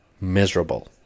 miserable